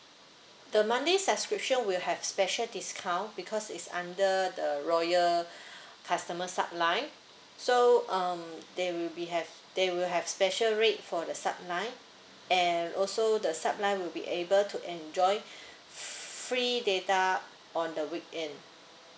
the monthly subscription will have special discount because it's under the loyal customer sub line so um there will be have they will have special rate for the sub line and also the sub line will be able to enjoy f~ free data on the weekend